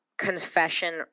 confession